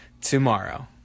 tomorrow